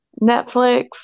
Netflix